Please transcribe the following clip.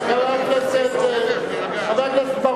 חבר הכנסת בר-און,